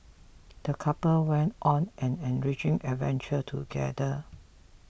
the couple went on an enriching adventure together